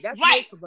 right